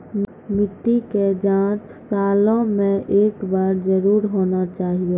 मिट्टी के जाँच सालों मे एक बार जरूर होना चाहियो?